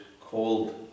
cold